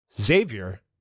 Xavier